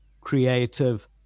creative